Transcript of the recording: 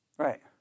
Right